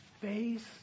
face